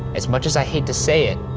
as much as i hate to say it,